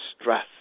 stress